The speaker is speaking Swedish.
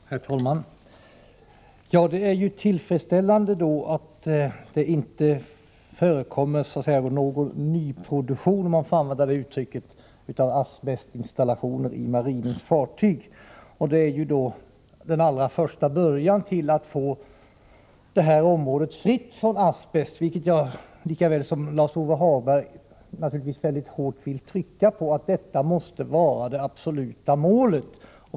Herr talman! Det är ju tillfredsställande att det inte förekommer någon nyproduktion — om man får använda det uttrycket — när det gäller asbestinstallationer i marinens fartyg. Detta är den allra första början till att få det här området fritt från asbest. Jag vill, lika väl som Lars-Ove Hagberg, naturligtvis trycka på att detta måste vara det absoluta målet.